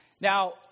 now